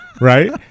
right